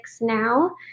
now